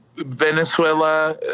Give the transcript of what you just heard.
Venezuela